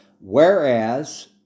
Whereas